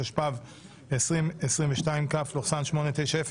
התשפ"ב-2022 (כ/890).